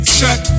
check